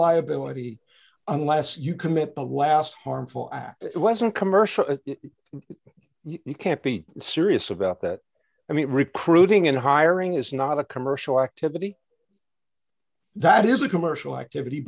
liability unless you commit the last harmful acts it wasn't commercial you can't beat serious about that i mean recruiting and hiring is not a commercial activity that is a commercial activity